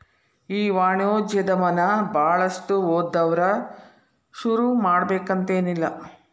ಈ ವಾಣಿಜ್ಯೊದಮನ ಭಾಳಷ್ಟ್ ಓದ್ದವ್ರ ಶುರುಮಾಡ್ಬೆಕಂತೆನಿಲ್ಲಾ